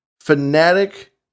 fanatic